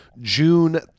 June